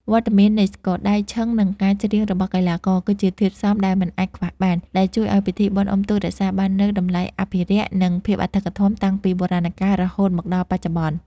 វត្តមាននៃស្គរដៃ ឈឹង និងការច្រៀងរបស់កីឡាករ គឺជាធាតុផ្សំដែលមិនអាចខ្វះបាន ដែលជួយឱ្យពិធីបុណ្យអុំទូករក្សាបាននូវតម្លៃអភិរក្ស និងភាពអធិកអធមតាំងពីបុរាណកាលរហូតមកដល់បច្ចុប្បន្ន។